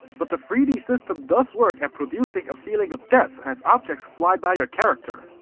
but the three d system does work at producing a feeling of depth as objects fly by your character.